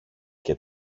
και